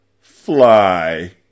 fly